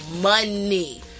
money